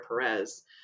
Perez